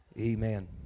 Amen